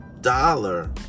dollar